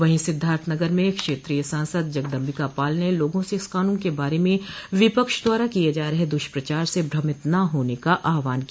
वहीं सिद्धार्थनगर में क्षेत्रीय सांसद जगदम्बिका पाल ने लोगों से इस क़ानून के बारे में विपक्ष द्वारा किये जा रहे दुष्प्रचार से भ्रमित न होने का आहवान किया